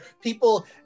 people